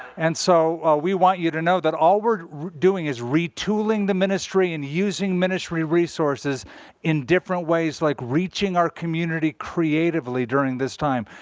and so we want you to know that all we're doing is retooling the ministry and using ministry resources in different ways, like reaching our community creatively during this time,